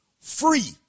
free